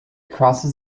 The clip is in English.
crosses